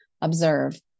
observe